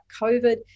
COVID